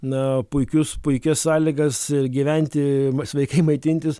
na puikius puikias sąlygas ir gyventi sveikai maitintis